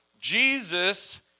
Jesus